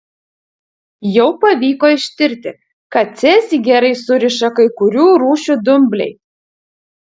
jau pavyko ištirti kad cezį gerai suriša kai kurių rūšių dumbliai